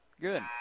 good